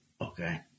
okay